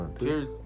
Cheers